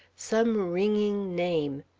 some ringing name.